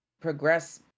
progress